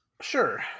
Sure